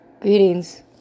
Greetings